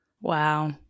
Wow